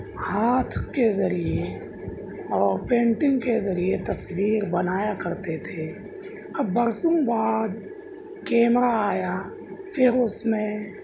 ہاتھ کے ذریعے اور پینٹنگ کے ذریعے تصویر بنایا کرتے تھے اب برسوں بعد کیمرہ آیا پھر اس میں